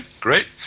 great